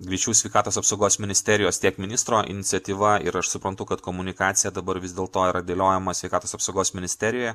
greičiau sveikatos apsaugos ministerijos tiek ministro iniciatyva ir aš suprantu kad komunikacija dabar vis dėl to yra dėliojama sveikatos apsaugos ministerijoje